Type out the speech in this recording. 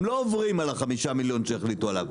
הם לא עוברים על ה-5 מיליון שהחליטו עליו.